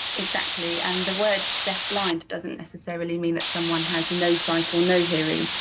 exactly and the word deafblind doesn't necessarily mean that someone has no sight or no hearing,